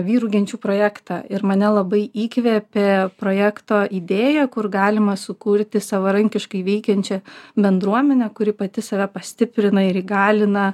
vyrų genčių projektą ir mane labai įkvėpė projekto idėja kur galima sukurti savarankiškai veikiančią bendruomenę kuri pati save pastiprina ir įgalina